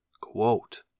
Quote